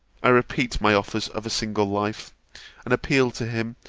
i repeat my offers of a single life and appeal to him,